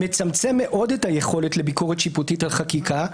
מצמצם מאוד את היכולת לביקורת השיפוטית על חקיקה.